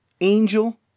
Angel